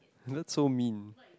that's so mean